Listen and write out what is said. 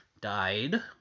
died